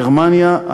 גרמניה,